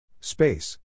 Space